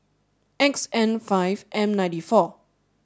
X N five M ninety four